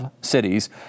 cities